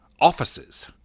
offices